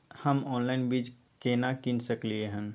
हम ऑनलाइन बीज केना कीन सकलियै हन?